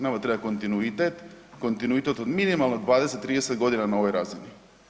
Nama treba kontinuitet, kontinuitet od minimalno 20, 30 godina na ovoj razini.